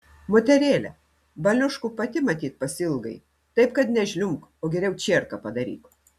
moterėle baliuškų pati matyt pasiilgai taip kad nežliumbk o geriau čierką padaryk